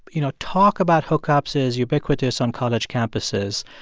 you know, talk about hookups is ubiquitous on college campuses,